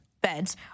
Beds